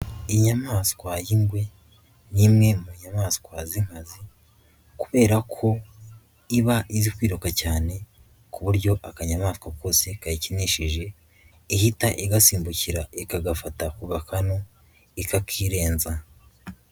Inyamaswa y'ingwe ni imwe mu nyamaswa z'inkazi kubera ko iba izi kwiruka cyane ku buryo akanyamaswa kose kayikinishije, ihita igasimbukira ikagafata ku gakanu ikakirenza.